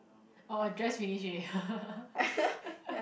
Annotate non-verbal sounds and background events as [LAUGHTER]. oh I dress finish already [LAUGHS]